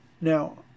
Now